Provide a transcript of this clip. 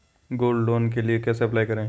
Gold loan के लिए कैसे अप्लाई करें?